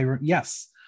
yes